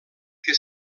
que